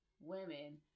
women